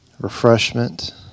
refreshment